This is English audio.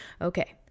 Okay